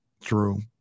True